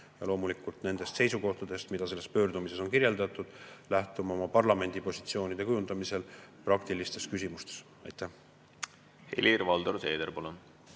Ja loomulikult peame me nendest seisukohtadest, mida selles pöördumises on kirjeldatud, lähtuma oma parlamendipositsioonide kujundamisel praktilistes küsimustes. Helir-Valdor Seeder, palun!